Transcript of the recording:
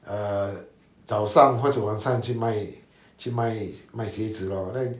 err 早上或者晚上去卖去卖鞋子 lor